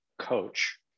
coach